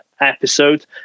episode